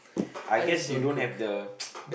I guess you don't have the